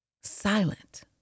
Silent